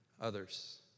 others